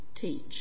teach